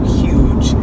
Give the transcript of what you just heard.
huge